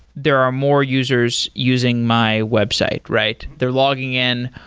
there are more users using my website, right? they're logging in,